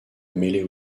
mêlées